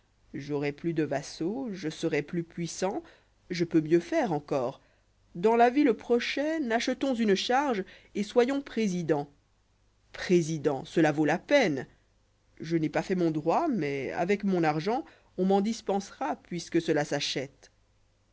j'aurais plus de vassaux je serais plus puissant je peux mieux faire encor dans la ville prochaine achetons une charge et soyons présidentprésident cela vaut la peine je n'ai pas fait mon droit mais avec mon argent on m'en dispensera puisque cela s'achète